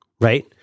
right